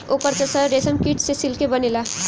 ओकर त सर रेशमकीट से सिल्के बनेला